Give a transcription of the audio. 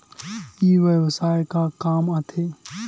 ई व्यवसाय का काम आथे?